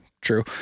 true